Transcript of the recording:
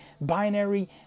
binary